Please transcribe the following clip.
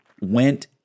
went